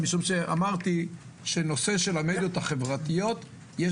משום שאמרתי שבנושא המדיות החברתיות יש